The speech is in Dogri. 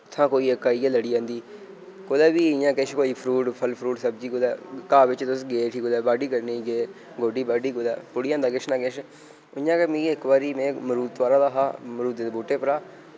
उत्थै कोई इक आइयै लड़ी जंदी कुतै बी इ'यां किश कोई फ्रूट फल फ्रूट सब्जी कुतै घाऽ बिच्च तुस गे उठी कुतै बाड्डी करने गे गोड्डी बाड्डी कुतै पुड़ी जंदा किश ना किश इ'यां के मीं इक बारी में मरूद तोआरा दा हा मरुदे दे बूह्टे उप्परा